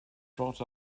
brought